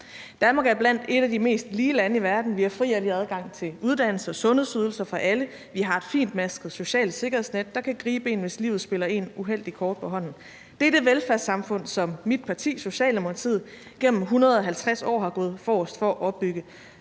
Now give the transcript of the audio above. Danmark er blandt et af de mest lige lande i verden. Vi har fri og lige adgang til uddannelse og sundhedsydelser for alle. Vi har et fintmasket socialt sikkerhedsnet, der kan gribe en, hvis livet spiller en uheldige kort på hånden. Det er det velfærdssamfund, som mit parti, Socialdemokratiet, gennem 150 år har gået forrest for at opbygge.